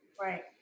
Right